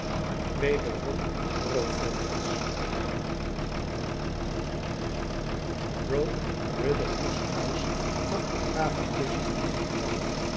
wederom roofvogels rogueriderhood's huis lag begraven tusschen die van